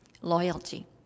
Loyalty